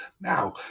Now